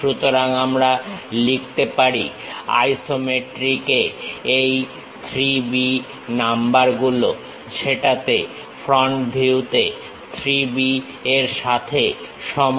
সুতরাং আমি লিখতে পারি আইসোমেট্রিকে এই 3 B নাম্বার গুলো সেটাতে ফ্রন্ট ভিউতে 3 B এর সাথে সমান